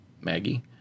Maggie